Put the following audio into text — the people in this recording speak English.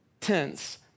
tense